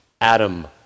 Adam